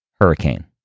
hurricane